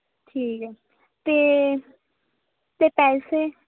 ਠੀਕ ਹੈ ਅਤੇ ਅਤੇ ਪੈਸੇ